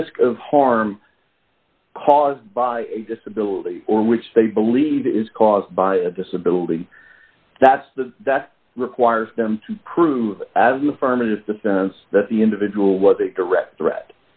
risk of harm caused by disability or which they believe is caused by a disability that's the that requires them to prove as a firm in the sense that the individual was a direct threat